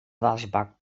wasbak